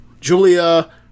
Julia